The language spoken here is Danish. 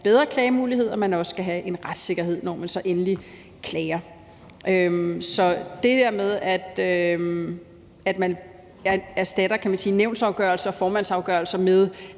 bedre klagemuligheder, og at man også skal have en retssikkerhed, når man endelig klager. Så den del med, at man erstatter nævnsafgørelser og formandsafgørelser med